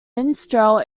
minstrel